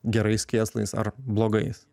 gerais kėslais ar blogais